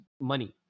money